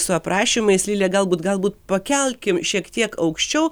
su aprašymais lile galbūt galbūt pakelkim šiek tiek aukščiau